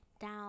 down